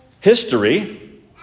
History